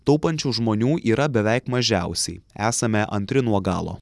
taupančių žmonių yra beveik mažiausiai esame antri nuo galo